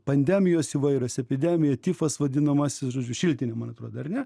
pandemijos įvairios epidemija tifas vadinamasis žodžiu šiltinė man atrodo ar ne